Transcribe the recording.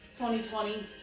2020